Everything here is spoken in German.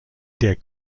der